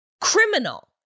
criminal